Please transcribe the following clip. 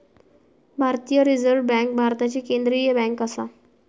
भारतीय reserve bank भारताची केंद्रीय बँक आसा